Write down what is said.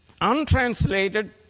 Untranslated